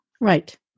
Right